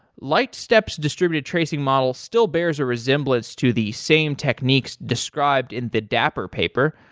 lightstep's distributed tracing model still bears a resemblance to the same techniques described in the dapper paper,